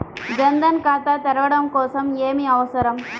జన్ ధన్ ఖాతా తెరవడం కోసం ఏమి అవసరం?